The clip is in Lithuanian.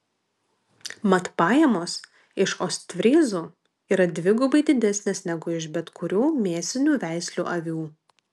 mat pajamos iš ostfryzų yra dvigubai didesnės negu iš bet kurių mėsinių veislių avių